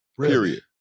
period